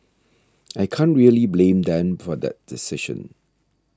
I can't really blame them for that decision